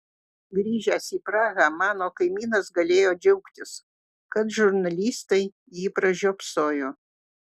grįžęs į prahą mano kaimynas galėjo džiaugtis kad žurnalistai jį pražiopsojo